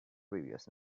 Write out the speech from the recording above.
previous